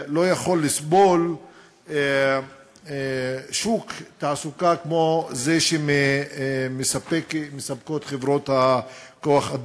לא יכול לסבול שוק תעסוקה כמו זה שמספקות חברות כוח-האדם.